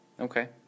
Okay